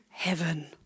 Heaven